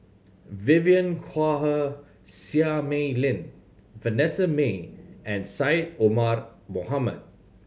Vivien Quahe Seah Mei Lin Vanessa Mae and Syed Omar Mohamed